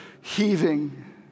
heaving